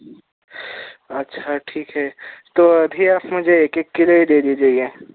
اچھا ٹھیک ہے تو ابھی آپ مجھے ایک ایک کلو ہی دے دیجیے گا